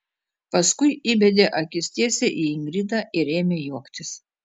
paskui įbedė akis tiesiai į ingridą ir ėmė juoktis